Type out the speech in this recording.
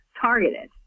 targeted